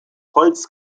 holz